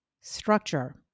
structure